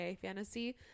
fantasy